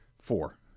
Four